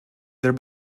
their